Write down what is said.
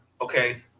Okay